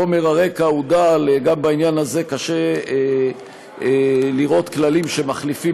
"חומר הרקע הוא דל" גם בעניין הזה קשה לראות כללים שמחליפים